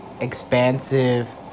expansive